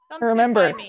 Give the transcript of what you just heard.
Remember